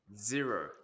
Zero